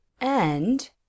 And